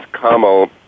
Kamal